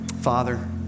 Father